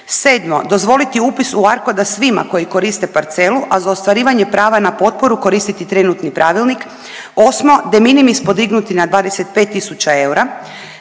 7. Dozvoliti upis u ARKOD svima koji koriste parcelu, a za ostvarivanje prava na potporu koristiti trenutni pravilnik. 8. De minimis podignuti na 25 tisuća eura.